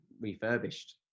refurbished